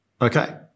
Okay